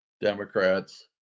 Democrats